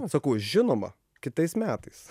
sakau žinoma kitais metais